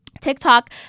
TikTok